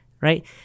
right